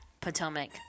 Potomac